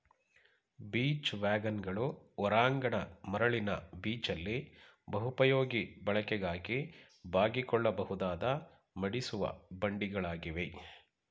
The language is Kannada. ಬೀಚ್ ವ್ಯಾಗನ್ಗಳು ಹೊರಾಂಗಣ ಮರಳಿನ ಬೀಚಲ್ಲಿ ಬಹುಪಯೋಗಿ ಬಳಕೆಗಾಗಿ ಬಾಗಿಕೊಳ್ಳಬಹುದಾದ ಮಡಿಸುವ ಬಂಡಿಗಳಾಗಿವೆ